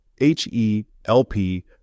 H-E-L-P